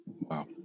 Wow